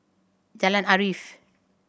Jalan Arif